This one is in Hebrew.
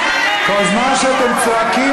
כל זמן שאתם צועקים,